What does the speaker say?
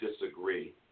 disagree